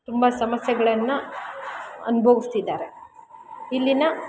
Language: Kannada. ತುಂಬ ಸಮಸ್ಯೆಗಳನ್ನು ಅನ್ಬೌಸ್ತಿದಾರೆ ಇಲ್ಲಿನ